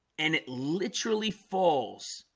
and it literally falls